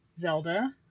Zelda